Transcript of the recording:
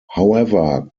however